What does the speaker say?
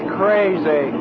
crazy